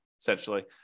essentially